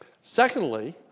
Secondly